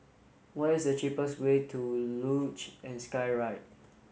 what is the cheapest way to Luge and Skyride